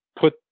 put